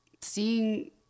seeing